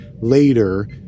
later